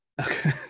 Okay